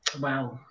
Wow